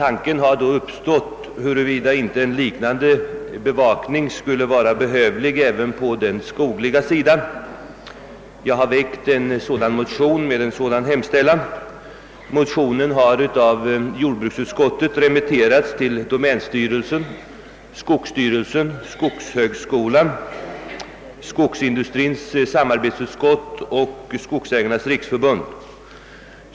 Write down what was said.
Frågan om huruvida inte en liknande bevakning kunde vara behövlig på den skogliga sidan har nu uppkommit, och jag har därför väckt en motion med hemställan därom. Min motion — 11: 900, likalydande med motionen 1: 722 — har remitterats till domänstyrelsen, skogsstyrelsen, skogshögskolan, Skogsindustriernas samarbetsutskott och Sveriges <skogsägareföreningars riksförbund.